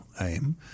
aim